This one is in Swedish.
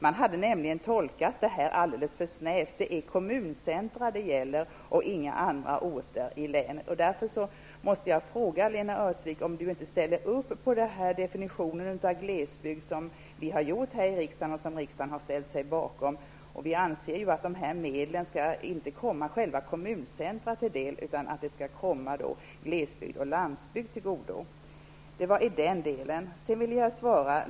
Man hade nämligen gjort en alldeles för snäv tolkning. Det är kommuncentra det gäller och inga andra orter i länet. Därför måste jag fråga Lena Öhrsvik om hon inte ställer upp på den definition av glesbygd som vi har formulerat här i riksdagen och som riksdagen har ställt sig bakom. Vi anser att de här medlen inte skall komma själva kommuncentret till del, utan glesbygd och landsbygd till godo.